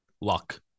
luck